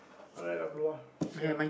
alright Abdullah sia